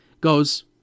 goes